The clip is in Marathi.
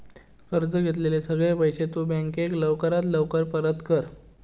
कर्ज घेतलेले सगळे पैशे तु बँकेक लवकरात लवकर परत कर